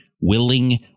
willing